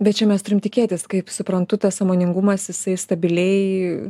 bet čia mes turim tikėtis kaip suprantu tas sąmoningumas jisai stabiliai